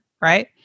Right